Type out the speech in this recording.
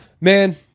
Man